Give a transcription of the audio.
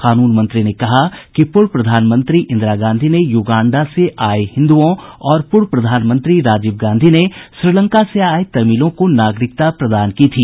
कानून मंत्री ने कहा कि पूर्व प्रधानमंत्री इंदिरा गांधी ने युगांडा से आए हिन्दुओं और पूर्व प्रधानमंत्री राजीव गांधी ने श्रीलंका से आए तमिलों को नागरिकता प्रदान की थी